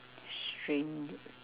strange